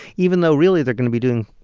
even though, really, they're going to be doing,